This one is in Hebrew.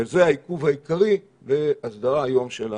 וזה העיכוב העיקרי בהסדרה היום של היישובים.